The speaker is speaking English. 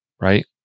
right